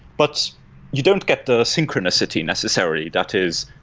but you don't get the synchronicity necessarily. that is